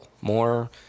more